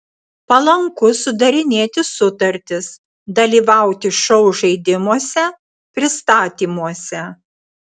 palanku sudarinėti sutartis dalyvauti šou žaidimuose pristatymuose